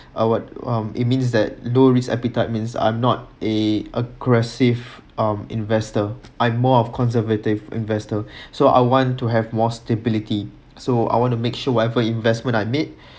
uh what uh it means that low risk appetite means I'm not a aggressive um investor I more of conservative investor so I want to have more stability so I want to make sure whatever investment I made